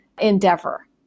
endeavor